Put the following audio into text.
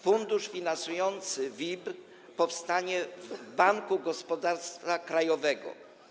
Fundusz finansujący WIB powstanie w Banku Gospodarstwa Krajowego.